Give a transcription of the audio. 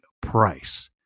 price